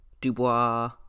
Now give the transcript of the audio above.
Dubois